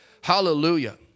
Hallelujah